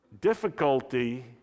Difficulty